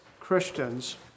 Christians